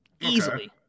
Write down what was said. Easily